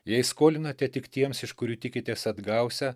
jei skolinate tik tiems iš kurių tikitės atgausią